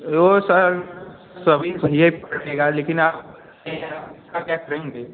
वो सर सभी को ये पड़ेगा लेकिन आप उसका क्या करेंगे